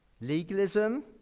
Legalism